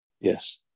Yes